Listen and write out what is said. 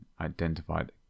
identified